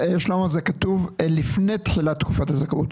כתוב: "לפני תחילת תקופת הזכאות",